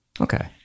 Okay